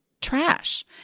trash